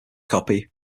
copy